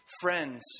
Friends